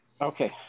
okay